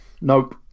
Nope